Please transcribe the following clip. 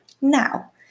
Now